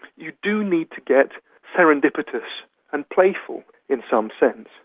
you do need to get serendipitous and playful in some sense.